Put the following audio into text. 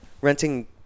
renting